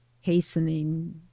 hastening